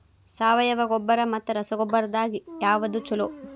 ಸಾವಯವ ಗೊಬ್ಬರ ಮತ್ತ ರಸಗೊಬ್ಬರದಾಗ ಯಾವದು ಛಲೋ?